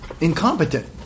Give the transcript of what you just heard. incompetent